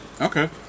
Okay